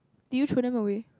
did you throw them away